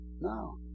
No